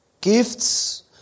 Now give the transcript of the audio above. gifts